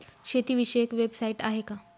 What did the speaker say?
शेतीविषयक वेबसाइट आहे का?